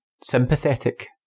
sympathetic